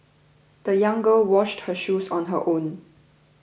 the young girl washed her shoes on her own